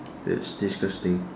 that's disgusting